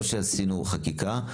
לא שעשינו חקיקה.